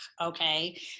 Okay